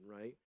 right